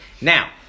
now